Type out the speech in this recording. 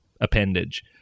appendage